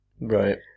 Right